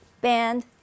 band